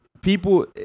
People